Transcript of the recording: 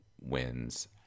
wins